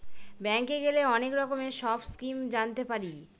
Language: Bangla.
ব্যাঙ্কে গেলে অনেক রকমের সব স্কিম জানতে পারি